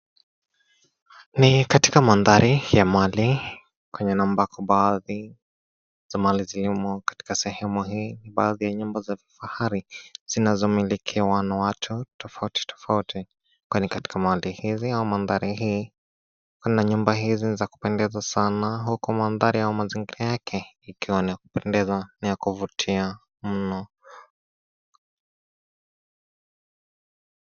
Ni katika mandhari ya mali kwenye ambako baadhi ya mali zilizomo katika sehemu ni baadhi za kifahari zinazomilikiwa na watu tofauti tofauti. Katika mali hii ya mandhari hii kuna nyumba hizi za kupendeza sana huku mandhari ya mazingira yake ikiwa ya kupendeza na ya kuvutia mno.